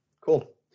cool